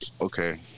okay